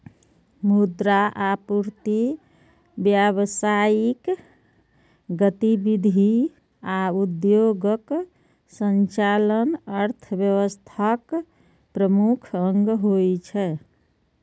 मुद्रा आपूर्ति, व्यावसायिक गतिविधि आ उद्योगक संचालन अर्थव्यवस्थाक प्रमुख अंग होइ छै